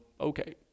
okay